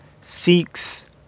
seeks